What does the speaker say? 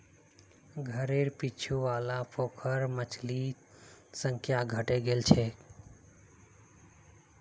घरेर पीछू वाला पोखरत मछलिर संख्या घटे गेल छ